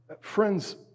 Friends